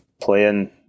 playing